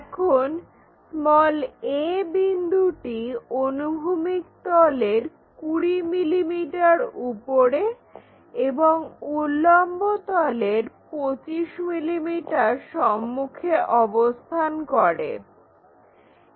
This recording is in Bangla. এখন a বিন্দুটি অনুভূমিক তলের 20 mm উপরে এবং উল্লম্ব তলের 25 mm সম্মুখে অবস্থান করছে